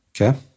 Okay